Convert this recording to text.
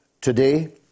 today